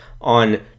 on